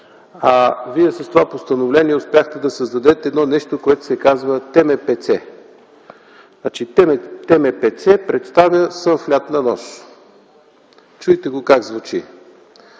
а с това постановление успяхте да създадете нещо, което се казва ТМПЦ. Значи, ТМПЦ представя „Сън в лятна нощ”. Чуйте го как звучи!